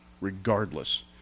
regardless